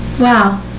Wow